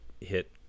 hit